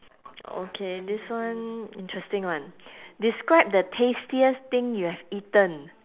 okay this one interesting one describe the tastiest thing you have eaten